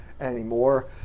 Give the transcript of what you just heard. anymore